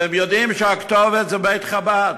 והם יודעים שהכתובת זה בית-חב"ד.